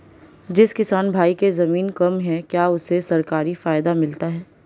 जिस किसान भाई के ज़मीन कम है क्या उसे सरकारी फायदा मिलता है?